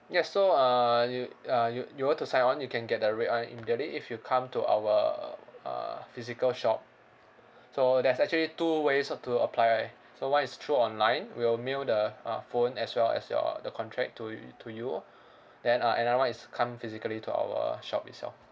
yes so uh you uh you you were to sign on you can get the red one immediately if you come to our uh physical shop so there's actually two ways how to apply so one is through online we'll mail the uh phone as well as your the contract to y~ to you then uh another one is come physically to our shop itself